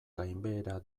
gainbehera